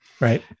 right